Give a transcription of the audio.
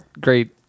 great